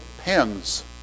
pins